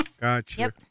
Gotcha